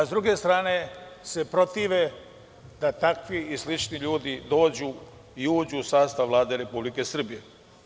S druge strane se protive da takvi i slični ljudi dođu i uđu u sastav Republike Srbije.